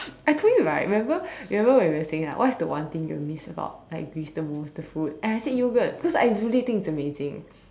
I told you right remember remember when we were saying like what is the one thing you'll miss about like miss the most the food and I said yogurt cause I really think it's amazing